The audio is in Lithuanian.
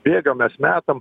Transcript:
bėgam mes metam